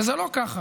שזה לא ככה.